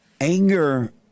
Anger